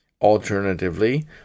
Alternatively